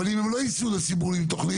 אבל אם הם לא יצאו לציבור עם תוכנית,